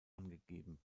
angegeben